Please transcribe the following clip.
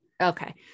Okay